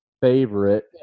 favorite